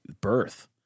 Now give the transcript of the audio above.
birth